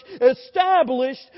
established